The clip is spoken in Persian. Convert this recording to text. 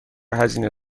هزینه